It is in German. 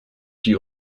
die